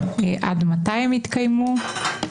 עד מתי הם יתקיימו,